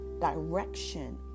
direction